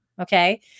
Okay